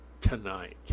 tonight